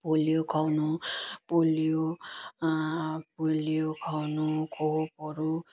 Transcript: polio खुवाउनु polio polio खुवाउनु खोपहरू